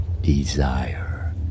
desire